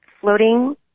floating